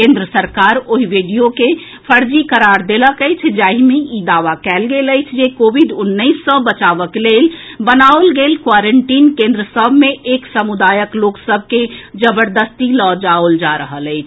केन्द्र सरकार ओहि वीडियो के फर्जी करार देलक अछि जाहि मे ई दावा कएल गेल अछि जे कोविड उन्नैस सँ बचावक लेल बनाओल गेल क्वारेंटीन केन्द्र सभ मे एक समुदायक लोक सभ के जबरदस्ती लऽ जाओल जा रहल अछि